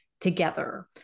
Together